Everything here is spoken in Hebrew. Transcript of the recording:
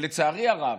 לצערי הרב,